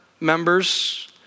members